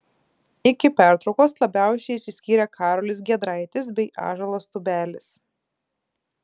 iki pertraukos labiausiai išsiskyrė karolis giedraitis bei ąžuolas tubelis